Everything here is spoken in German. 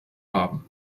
haben